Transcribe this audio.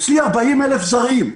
אצלי יש 40,000 זרים.